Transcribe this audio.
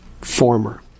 former